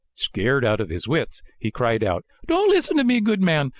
scared out of his wits, he cried out don't listen to me, good man!